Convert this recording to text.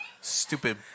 Stupid